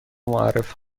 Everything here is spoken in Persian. معرف